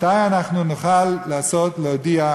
מתי אנחנו נוכל להודיע,